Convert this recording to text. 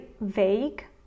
vague